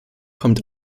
kommt